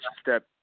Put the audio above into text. step